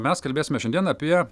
mes kalbėsime šiandien apie